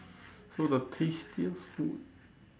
so the tastiest food